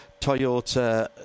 Toyota